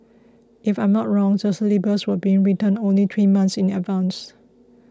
if I'm not wrong the syllabus was being written only three months in advance